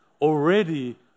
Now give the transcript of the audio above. already